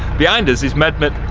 behind us is medmen